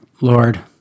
Lord